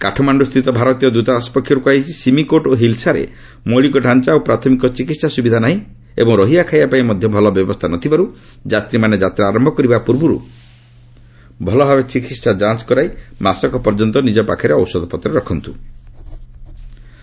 କାଠମାଣ୍ଡୁ ସ୍ଥିତ ଭାରତୀୟ ଦୂତାବାସ ପକ୍ଷରୁ କୁହାଯାଇଛି ସିମିକୋଟ୍ ଓ ହିଲ୍ସାରେ ମୌଳିକଢାଞ୍ଚା ଓ ପ୍ରାଥମିକ ଚିକିତ୍ସା ସୁବିଧା ନାହିଁ ଏବଂ ରହିବା ଖାଇବାପାଇଁ ମଧ୍ୟ ଭଲ ବ୍ୟବସ୍ଥା ନ ଥିବାରୁ ଯାତ୍ରୀମାନେ ଯାତ୍ରା ଆରମ୍ଭ କରିବା ପୂର୍ବରୁ ଭଲଭାବରେ ଚିକିତ୍ସା ଯାଞ୍ଚ କରାଇ ମାସକ ପର୍ଯ୍ୟନ୍ତ ନିଜ ପାଖରେ ଔଷଧପତ୍ର ରଖନ୍ତ୍ର